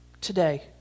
today